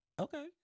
Okay